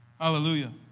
Hallelujah